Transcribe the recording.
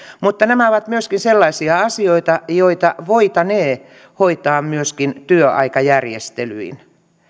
mutta nämä ovat myöskin sellaisia asioita joita voitaneen hoitaa myöskin työaikajärjestelyin